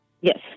Yes